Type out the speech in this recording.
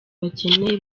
bakeneye